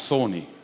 Sony